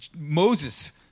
Moses